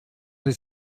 the